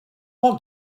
want